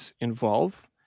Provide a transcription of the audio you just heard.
involve